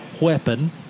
Weapon